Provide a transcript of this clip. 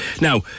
Now